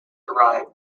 arrived